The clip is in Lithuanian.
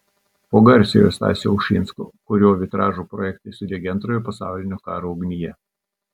po garsiojo stasio ušinsko kurio vitražų projektai sudegė antrojo pasaulinio karo ugnyje